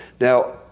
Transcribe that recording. Now